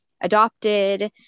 adopted